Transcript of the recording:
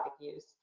use